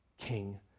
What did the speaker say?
king